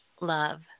love